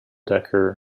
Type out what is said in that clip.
decker